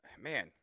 man